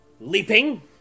leaping